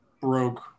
broke